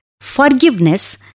forgiveness